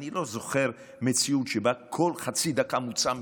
אני לא זוכר מציאות שבה כל חצי דקה מוּצא מישהו,